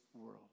world